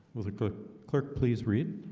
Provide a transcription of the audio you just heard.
will the cook clerk please read?